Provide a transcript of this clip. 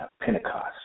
Pentecost